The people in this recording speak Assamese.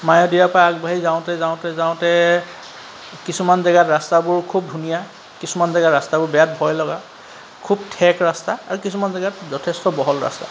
মায়'দিয়াৰপৰা আগবাঢ়ি যাওঁতে যাওঁতে যাওঁতে কিছুমান জেগাত ৰাস্তাবোৰ খুব ধুনীয়া কিছুমান জেগাত ৰাস্তাবোৰ বিৰাট ভয় লগা খুব ঠেক ৰাস্তা আৰু কিছুমান জেগাত যথেষ্ট বহল ৰাস্তা